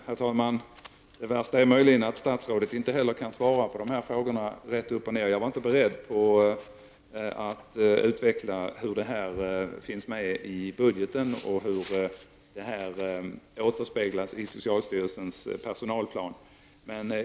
Herr talman! Det värsta är att inte heller statsrådet rätt upp och ner kan svara på dessa frågor. Jag var inte beredd på att utveckla hur detta finns med i budgeten och hur det återspeglas i socialstyrelsens personalplanering.